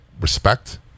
respect